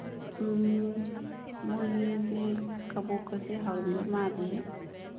ꯎꯝ ꯃꯣꯏꯒꯤꯁꯤ ꯀꯕꯣꯛꯀꯁꯦ ꯍꯥꯎꯔꯝꯗꯧꯕ ꯃꯥꯜꯂꯤꯍꯦ